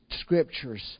Scriptures